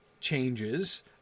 changes